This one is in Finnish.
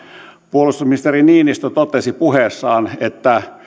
puolustusministeri niinistö totesi puheessaan että